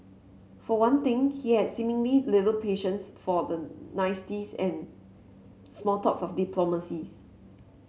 for one thing he had seemingly little patience for the niceties and small talks of diplomacies